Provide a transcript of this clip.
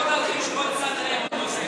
שתי דקות על חשבון סן רמו.